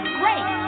great